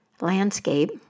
landscape